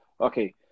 Okay